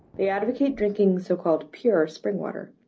the advocate drinking so-called pure spring water.